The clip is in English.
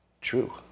True